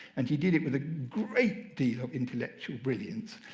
and he did it with a great deal of intellectual brilliance.